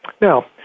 Now